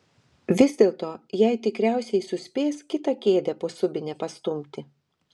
vis dėlto jai tikriausiai suspės kitą kėdę po subine pastumti